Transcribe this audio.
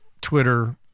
Twitter